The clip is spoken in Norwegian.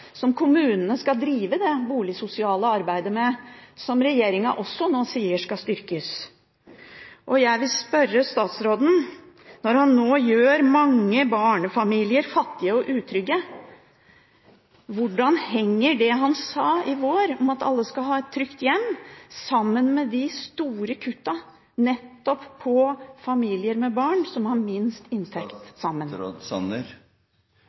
som kommunene skal drive det boligsosiale arbeidet med, som regjeringen også nå sier skal styrkes. Jeg vil spørre statsråden, når han nå gjør mange barnefamilier fattige og utrygge: Hvordan henger det han sa i vår om at alle skal ha et trygt hjem, sammen med de store kuttene nettopp for familier med barn, som har minst